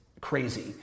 crazy